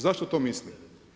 Zašto to mislim?